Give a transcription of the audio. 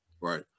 right